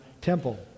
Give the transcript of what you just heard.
temple